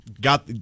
got